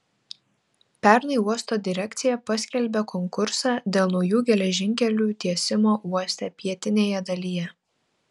pernai uosto direkcija paskelbė konkursą dėl naujų geležinkelių tiesimo uoste pietinėje dalyje